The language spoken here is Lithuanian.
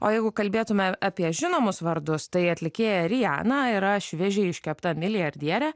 o jeigu kalbėtume apie žinomus vardus tai atlikėja rijana yra šviežiai iškepta milijardierė